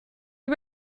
you